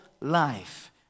life